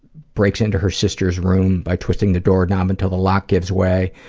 breaks into her sister's room by twisting the doorknob until the lock gives way.